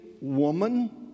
woman